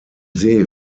see